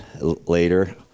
later